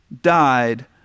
died